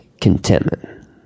contentment